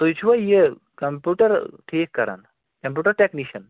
تُہۍ چھُوا یہِ کَمپیوٗٹَر ٹھیٖک کران کَمپیوٗٹَر ٹٮ۪کنِشَن